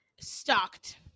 Stocked